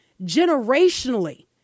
generationally